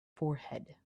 forehead